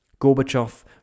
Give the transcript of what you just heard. Gorbachev